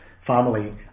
family